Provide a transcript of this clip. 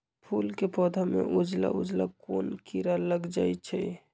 फूल के पौधा में उजला उजला कोन किरा लग जई छइ?